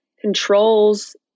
controls